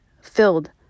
filled